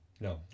No